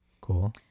Cool